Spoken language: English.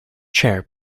chair